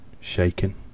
shaking